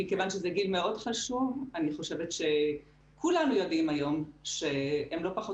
מכיוון שזה גיל מאוד חשוב אני חושבת שכולנו יודעים היום שהם לא פחות